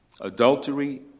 adultery